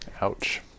Ouch